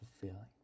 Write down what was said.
fulfilling